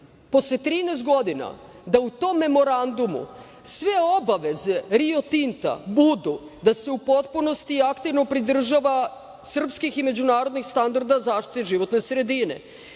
posle 13 godina da u tom memorandumu sve obaveze Rio Tinta budu da se u potpunosti aktivno pridržava srpskih i međunarodnih standarda zaštite životne sredine,